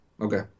Okay